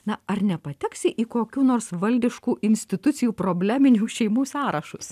na ar nepateksi į kokių nors valdiškų institucijų probleminių šeimų sąrašus